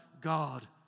God